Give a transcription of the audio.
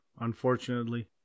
unfortunately